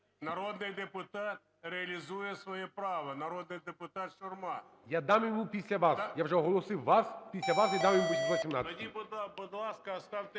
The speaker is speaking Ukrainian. народний депутат реалізує своє право, народний депутат Шурма. ГОЛОВУЮЧИЙ. Я дам йому після вас. Я вже оголосив вас, після вас я дам йому…